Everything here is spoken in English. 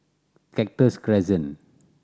Cactus Crescent